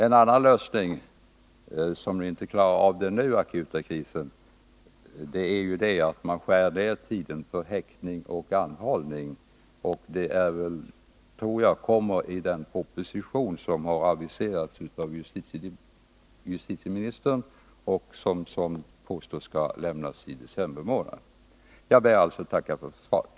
En annan lösning, som dock inte avhjälper den nu akuta krisen, är att man skär ned tiden för häktning och anhållande. Ett förslag med denna innebörd tror jag kommer i den proposition som har aviserats av justitieministern och som enligt uppgifter skall avlämnas i december månad. Jag ber att få tacka för svaret.